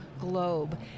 globe